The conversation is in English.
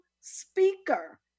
speaker